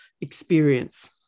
experience